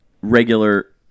regular